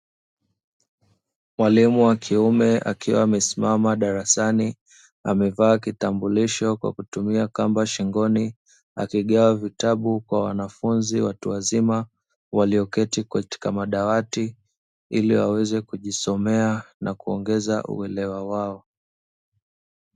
Mwalimu wa kiume akiwa amesimama darasani, amevaa kitambulisho kwa kutumia kamba shingoni akigawa vitabu kwa wanafunzi watu wazima, walioketi katika madawati ili waweze kujisomea na kuongeza uelewa wao.